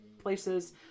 places